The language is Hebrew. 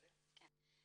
כן.